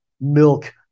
milk